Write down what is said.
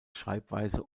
schreibweise